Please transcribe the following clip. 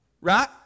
Right